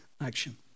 action